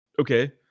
Okay